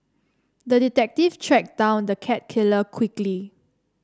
the detective tracked down the cat killer quickly